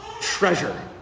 treasure